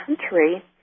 country